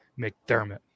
McDermott